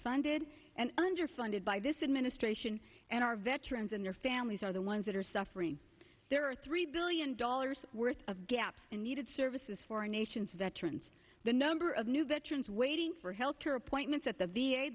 unfunded and underfunded by this administration and our veterans and their families are the ones that are suffering there are three billion dollars worth of gaps in needed services for our nation's veterans the number of new veterans waiting for health care appointments at the v